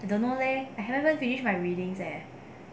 I don't know leh I haven't finish my readings leh